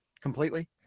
completely